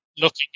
looking